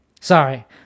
sorry